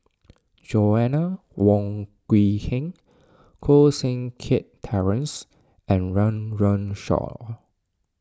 Joanna Wong Quee Heng Koh Seng Kiat Terence and Run Run Shaw